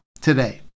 today